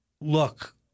look